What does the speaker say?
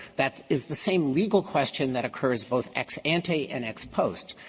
that is the same legal question that occurs both ex ante and ex post.